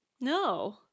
No